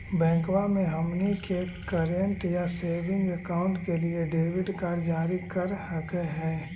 बैंकवा मे हमनी के करेंट या सेविंग अकाउंट के लिए डेबिट कार्ड जारी कर हकै है?